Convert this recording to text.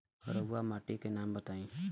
रहुआ माटी के नाम बताई?